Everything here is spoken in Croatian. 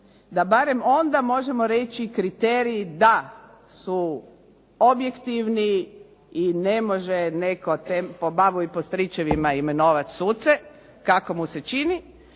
da barem onda možemo reći kriterij da su objektivni i ne može netko po babu i po stričevima imenovati suce kako mu se čini.